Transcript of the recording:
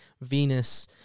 Venus